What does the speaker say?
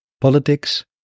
politics